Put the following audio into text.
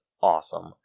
awesome